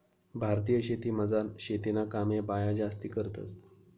भारतीय शेतीमझार शेतीना कामे बाया जास्ती करतंस